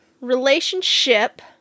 relationship